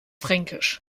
fränkisch